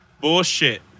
bullshit